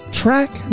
track